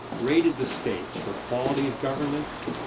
rated the states for quality of governance,